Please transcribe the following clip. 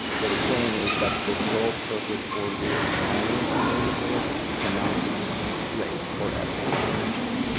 what it saying is that the sole purpose for reassigning a neighborhood cannot be race or ethnic origin.